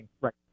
Right